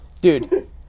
Dude